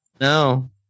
No